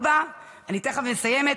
אני תכף מסיימת.